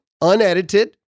unedited